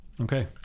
Okay